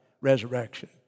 resurrection